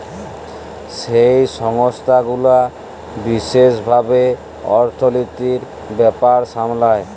যেই সংস্থা গুলা বিশেস ভাবে অর্থলিতির ব্যাপার সামলায়